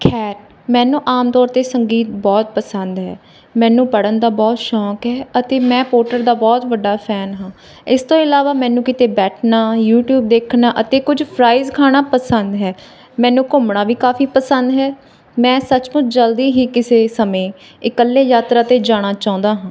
ਖੈਰ ਮੈਨੂੰ ਆਮ ਤੌਰ 'ਤੇ ਸੰਗੀਤ ਬਹੁਤ ਪਸੰਦ ਹੈ ਮੈਨੂੰ ਪੜ੍ਹਨ ਦਾ ਬਹੁਤ ਸ਼ੌਕ ਹੈ ਅਤੇ ਮੈਂ ਪੋਟਰ ਦਾ ਬਹੁਤ ਵੱਡਾ ਫੈਨ ਹਾਂ ਇਸ ਤੋਂ ਇਲਾਵਾ ਮੈਨੂੰ ਕਿਤੇ ਬੈਠਣਾ ਯੂਟਿਊਬ ਦੇਖਣਾ ਅਤੇ ਕੁਝ ਫਰਾਈਜ਼ ਖਾਣਾ ਪਸੰਦ ਹੈ ਮੈਨੂੰ ਘੁੰਮਣਾ ਵੀ ਕਾਫ਼ੀ ਪਸੰਦ ਹੈ ਮੈਂ ਸੱਚਮੁੱਚ ਜਲਦੀ ਹੀ ਕਿਸੇ ਸਮੇਂ ਇਕੱਲੇ ਯਾਤਰਾ 'ਤੇ ਜਾਣਾ ਚਾਹੁੰਦਾ ਹਾਂ